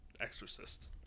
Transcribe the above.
exorcist